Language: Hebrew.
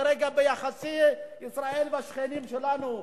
כרגע ביחסי ישראל והשכנים שלנו.